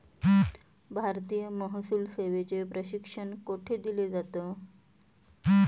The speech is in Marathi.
भारतीय महसूल सेवेचे प्रशिक्षण कोठे दिलं जातं?